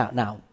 now